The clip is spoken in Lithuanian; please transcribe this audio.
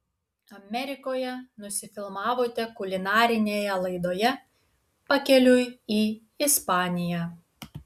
amerikoje nusifilmavote kulinarinėje laidoje pakeliui į ispaniją